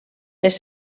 les